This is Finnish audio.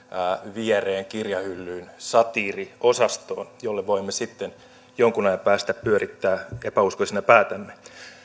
viereen kirjahyllyyn satiiriosastoon niin että voimme sitten jonkun ajan päästä pyörittää sille epäuskoisina päätämme